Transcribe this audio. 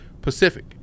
Pacific